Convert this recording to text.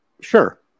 sure